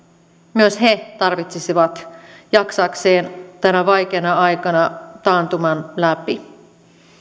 myös he tarvitsisivat jaksaakseen tänä vaikeana aikana taantuman läpi